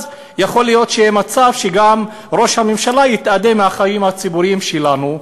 אז יכול להיות שיהיה מצב שגם ראש הממשלה יתאדה מהחיים הציבוריים שלנו,